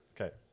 Okay